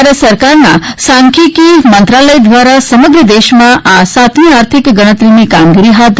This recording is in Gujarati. ભારત સરકારના સાંખ્યીકી મંત્રાલય દ્વારા સમગ્ર દેશમાં આ સાતમી આર્થિક ગણતરીની કામગીરી હાથ તા